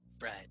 Right